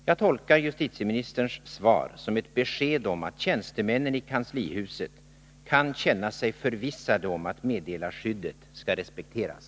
Jag tolkar justitieministerns svar som ett besked om att tjänstemännen i kanslihuset kan känna sig förvissade om att meddelarskyddet skall respekteras.